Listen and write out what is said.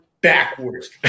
backwards